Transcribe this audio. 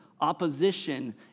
opposition